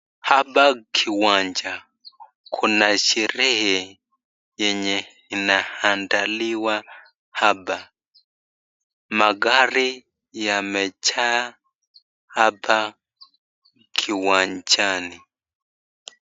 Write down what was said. Hapa kiwanja kuna sherehe yenye inaandaliwa hapa. Magari yamejaa hapa kiwanjani.